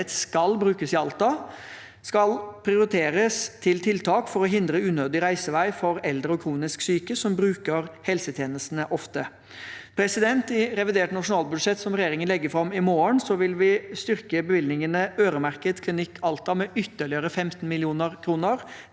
helhet skal brukes i Alta, skal prioriteres til tiltak for å hindre unødig reisevei for eldre og kronisk syke, som bruker helsetjenestene ofte. I revidert nasjonalbudsjett, som regjeringen legger fram i morgen, vil vi styrke bevilgningene øremerket Klinikk Alta med ytterligere 15 mill. kr.